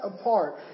apart